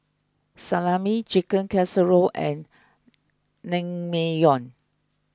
Salami Chicken Casserole and Naengmyeon